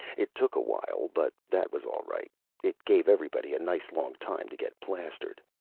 it took a while, but that was all right it gave everybody a nice long time to get plastered.